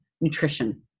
nutrition